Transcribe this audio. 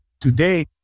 today